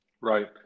Right